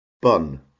bun